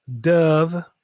dove